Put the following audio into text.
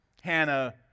Hannah